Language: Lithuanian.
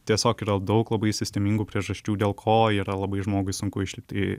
tiesiog yra daug labai sistemingų priežasčių dėl ko yra labai žmogui sunku išlipti